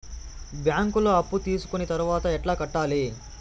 బ్యాంకులో అప్పు తీసుకొని తర్వాత ఎట్లా కట్టాలి?